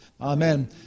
Amen